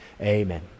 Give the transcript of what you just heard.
amen